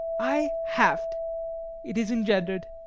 i have't it is engender'd